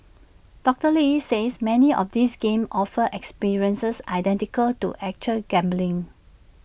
doctor lee says many of these games offer experiences identical to actual gambling